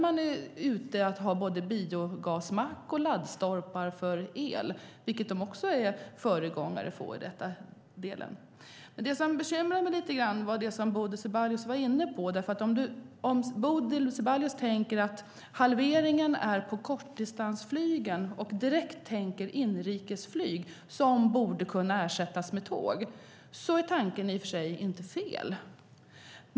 Man har både biogasmack och laddstolpar för el. Där är man också en föregångare. Det som Bodil Ceballos var inne på bekymrar mig lite grann. Om hon tänker att halveringen gäller kortdistansflygen och direkt tänker på inrikesflyg som borde kunna ersättas med tåg är tanken i och för sig inte fel.